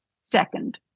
second